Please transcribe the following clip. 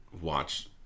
watch